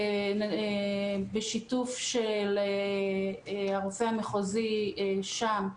בשיתוף הרופא המחוזי שם,